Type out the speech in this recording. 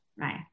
right